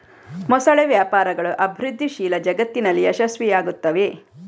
ಮೊಸಳೆ ವ್ಯಾಪಾರಗಳು ಅಭಿವೃದ್ಧಿಶೀಲ ಜಗತ್ತಿನಲ್ಲಿ ಯಶಸ್ವಿಯಾಗುತ್ತವೆ